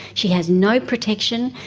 she has no protection,